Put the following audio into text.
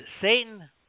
Satan